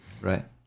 right